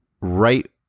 right